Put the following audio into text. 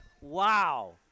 Wow